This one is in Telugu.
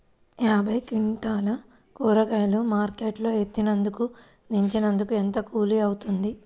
యాభై క్వింటాలు కూరగాయలు మార్కెట్ లో ఎత్తినందుకు, దించినందుకు ఏంత కూలి అవుతుంది?